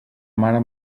mare